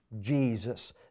Jesus